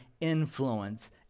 influence